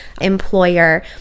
employer